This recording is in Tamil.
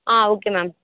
ah okay ma'am